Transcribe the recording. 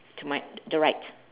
to my the right